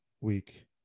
week